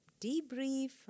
debrief